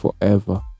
forever